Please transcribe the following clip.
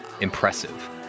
impressive